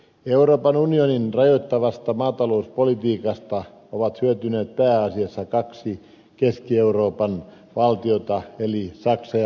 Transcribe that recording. euroopan unionin rajoittavasta maatalouspolitiikasta ovat hyötyneet pääasiassa kaksi keski euroopan valtiota eli saksa ja ranska